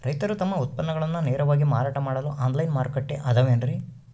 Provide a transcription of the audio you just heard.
ರೈತರು ತಮ್ಮ ಉತ್ಪನ್ನಗಳನ್ನ ನೇರವಾಗಿ ಮಾರಾಟ ಮಾಡಲು ಆನ್ಲೈನ್ ಮಾರುಕಟ್ಟೆ ಅದವೇನ್ರಿ?